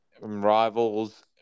Rivals